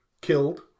killed